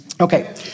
Okay